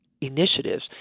initiatives